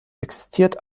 existiert